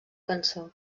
cançó